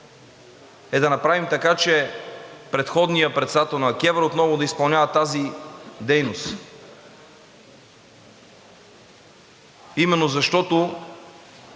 е да направим така, че предходният председател на КЕВР отново да изпълнява тази дейност именно защото